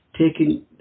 taking